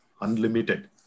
unlimited